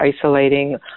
isolating